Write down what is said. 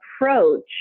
approach